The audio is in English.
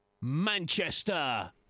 manchester